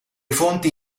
fonti